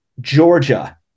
Georgia